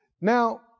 Now